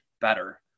better